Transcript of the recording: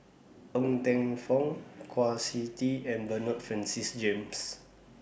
Ng Teng Fong Kwa Siew Tee and Bernard Francis James